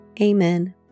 Amen